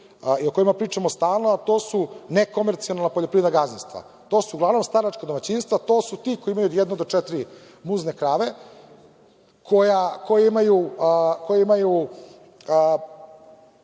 i o kojima pričamo stalno, a to su nekomercijalna poljoprivredna gazdinstva. To su uglavnom staračka domaćinstva, to su ti koji imaju od jedne do četiri muzne krave, koji imaju